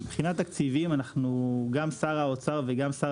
מבחינת תקציבים גם שר האוצר וגם שר